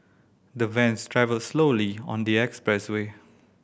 the vans travelled slowly on the expressway